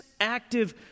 active